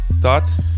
Thoughts